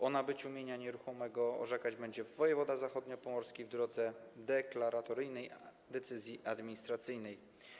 O nabyciu mienia nieruchomego orzekać będzie wojewoda zachodniopomorski w drodze deklaratoryjnej decyzji administracyjnej.